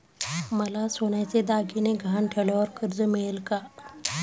मला सोन्याचे दागिने गहाण ठेवल्यावर कर्ज मिळेल का?